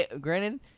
Granted